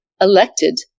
elected